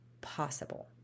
possible